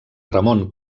ramon